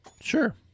sure